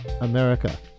America